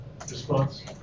response